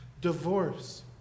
divorce